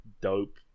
dope